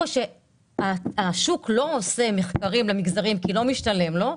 במקום שהשוק לא עושה מחקרים כי לא משתלם לו,